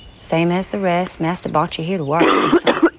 same as the rest, master brought you here to work, that's all.